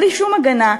בלי שום הגנה,